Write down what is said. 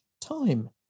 time